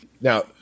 Now